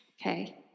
Okay